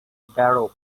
barrow